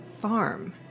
farm